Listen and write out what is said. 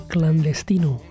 Clandestino